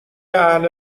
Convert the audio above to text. اهل